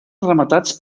rematats